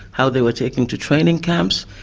how they were taken to training camps.